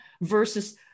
versus